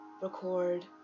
record